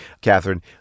Catherine